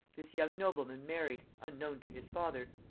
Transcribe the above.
this young nobleman married, unknown to his father,